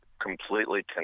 completely